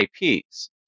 IPs